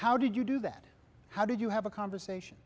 how did you do that how did you have a conversation